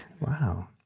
Wow